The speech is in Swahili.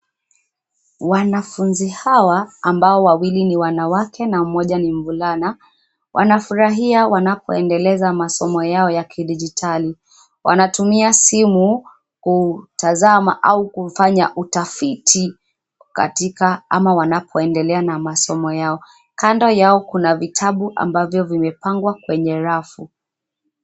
Wanafunzi hawa, ambao wawili ni wanawake na mmoja ni mvulana, wanafurahia wanapoendeleza masomo yao ya kidijitali. Wanatumia simu kutazama au kufanya utafiti, katika ama wanapoendelea na masomo yao. Kando yao kuna vitabu ambavyo vimepangwa kwenye rafu.